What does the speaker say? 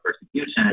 persecution